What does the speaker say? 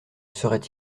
serait